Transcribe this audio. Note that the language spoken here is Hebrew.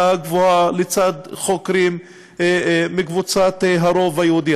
הגבוהה לצד חוקרים מקבוצת הרוב היהודי.